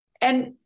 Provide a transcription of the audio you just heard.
and-